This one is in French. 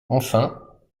enfin